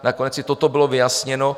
Nakonec i toto bylo vyjasněno.